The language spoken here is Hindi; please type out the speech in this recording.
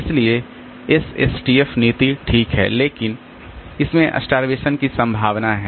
इसलिए एसएसटीएफ नीति ठीक है लेकिन इसमें स्टार्वेशन की संभावना है